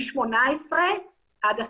מגיל 18 עד הסוף.